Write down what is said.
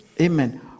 amen